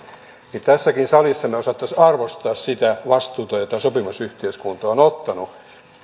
niin tässäkin salissa me osaisimme arvostaa sitä vastuuta jota sopimusyhteiskunta on ottanut